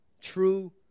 True